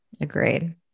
agreed